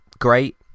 great